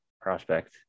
prospect